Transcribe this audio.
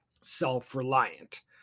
self-reliant